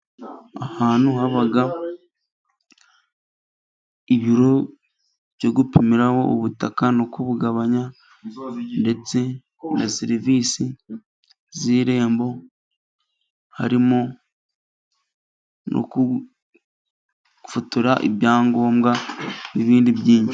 Ahantu haba ibiro byo gupimiraho ubutaka no kubugabanya ndetse na serivisi z'irembo, harimo no gufotora ibyangombwa n'ibindi byinshi.